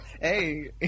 hey